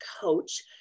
coach